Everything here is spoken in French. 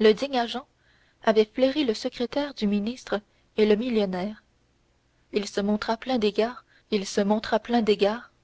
le digne agent avait flairé le secrétaire du ministre et le millionnaire il se montra plein d'égards